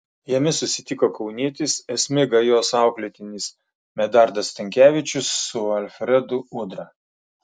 jame susitiko kaunietis sm gajos auklėtinis medardas stankevičius su alfredu udra